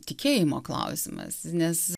tikėjimo klausimas nes